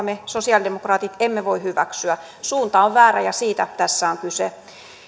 me sosialidemokraatit emme voi hyväksyä suunta on väärä ja siitä tässä on kyse